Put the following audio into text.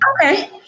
okay